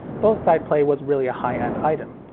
both side play was really a high-end item.